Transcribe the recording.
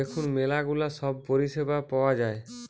দেখুন ম্যালা গুলা সব পরিষেবা পাওয়া যায়